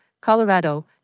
Colorado